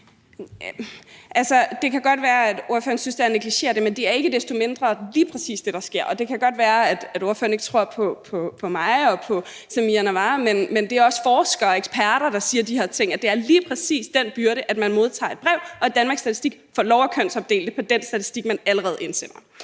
det kan godt være, at ordføreren synes, at det er at negligere det, men det er ikke desto mindre lige præcis det, der sker, og det kan godt være, at ordføreren ikke tror på mig og på Samira Nawa, men det er også forskere og eksperter, der siger de her ting: at det er lige præcis den byrde, at man modtager et brev, og at Danmarks Statistik får lov at kønsopdele på den statistik, man allerede indsender.